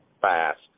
fast